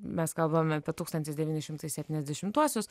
mes kalbame apie tūkstantis devyni šimtai septyniasdešimtuosius